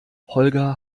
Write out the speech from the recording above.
holger